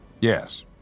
Yes